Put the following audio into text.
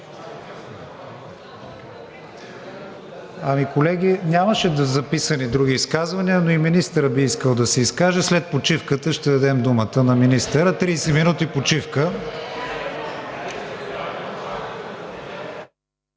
Ами, колеги, нямаше записани други изказвания, но и министърът би искал да се изкаже. След почивката ще дадем думата на министъра. Тридесет минути почивка.